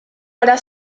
para